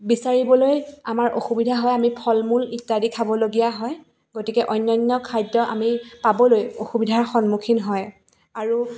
বিচাৰিবলৈ আমাৰ অসুবিধা হয় আমি ফল মূল ইত্যাদি খাবলগীয়া হয় গতিকে অন্যান্য খাদ্য আমি পাবলৈ অসুবিধা সন্মুখীন হয় আৰু